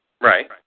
Right